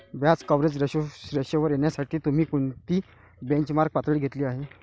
व्याज कव्हरेज रेशोवर येण्यासाठी तुम्ही कोणती बेंचमार्क पातळी घेतली आहे?